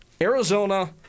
Arizona